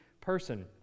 person